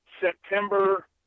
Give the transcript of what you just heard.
September